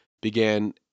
began